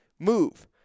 move